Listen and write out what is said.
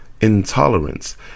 Intolerance